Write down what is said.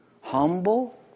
humble